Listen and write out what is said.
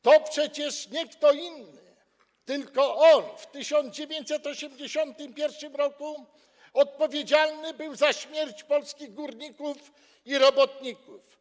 To przecież nie kto inny jak on w 1981 r. odpowiedzialny był za śmierć polskich górników i robotników.